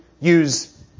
use